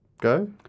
go